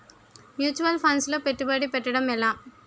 Mutual funds లో పెట్టుబడి పెట్టడం ఎలా?